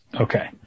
Okay